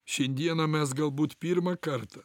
šiandieną mes galbūt pirmą kartą